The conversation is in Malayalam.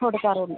കൊടുക്കാറുള്ളൂ